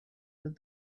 that